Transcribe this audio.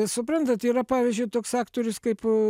suprantat yra pavyzdžiui toks aktorius kaip